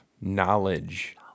Knowledge